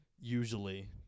usually